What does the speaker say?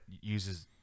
uses